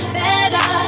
better